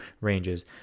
ranges